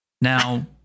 Now